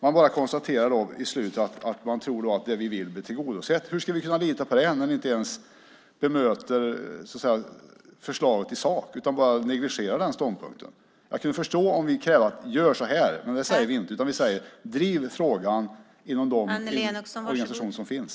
Man bara konstaterar på slutet att man tror att det man vill blir tillgodosett. Hur ska vi kunna lita på det när ni inte bemöter förslaget i sak utan bara negligerar den ståndpunkten? Jag kunde förstå det om vi krävde: Gör så här! Men det säger vi inte, utan vi säger: Driv frågan inom de organisationer som finns!